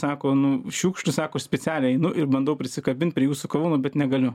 sako nu šiukšlių sako specialiai einu ir bandau prisikabinti prie jūsų kauno bet negaliu